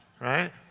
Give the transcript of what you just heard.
Right